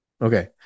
Okay